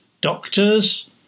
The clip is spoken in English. doctors